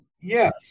Yes